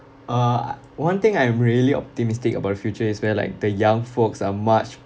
uh one thing I'm really optimistic about the future is where like the young folks are much